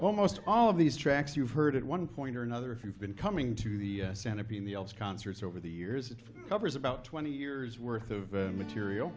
almost all of these tracks you've heard at one point or another if you've been coming to the stand to be in the elves concerts over the years about twenty years worth of material